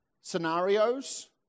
scenarios